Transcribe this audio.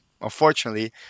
Unfortunately